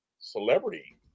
celebrity